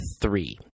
three